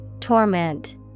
Torment